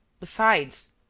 besides,